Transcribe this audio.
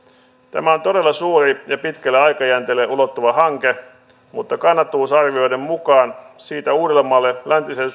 tämä on todella suuri ja pitkälle aikajänteelle ulottuva hanke mutta kannattavuusarvioiden mukaan siitä uudellemaalle läntiselle